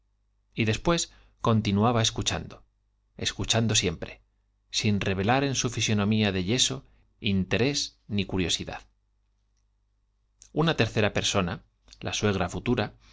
y después continuaba escuchando escuchando siempre sin revelar en su fisonomía de yeso interés ni curiosidad una tercera persona la suegra futura